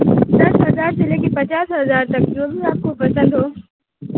دس ہزار سے لے کے پچاس ہزار تک جو بھی آپ کو پسند ہو